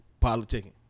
Politicking